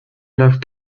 läuft